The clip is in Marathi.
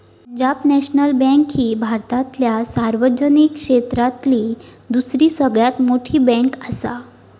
पंजाब नॅशनल बँक ही भारतातल्या सार्वजनिक क्षेत्रातली दुसरी सगळ्यात मोठी बँकआसा